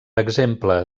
exemple